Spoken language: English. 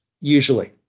usually